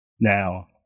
Now